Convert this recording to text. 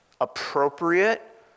appropriate